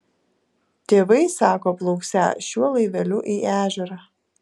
tėvai sako plauksią šiuo laiveliu į ežerą